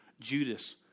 Judas